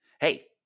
Hey